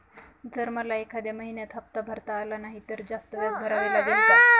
जर मला एखाद्या महिन्यात हफ्ता भरता आला नाही तर जास्त व्याज भरावे लागेल का?